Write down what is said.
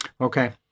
Okay